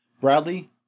Bradley